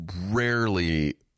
rarely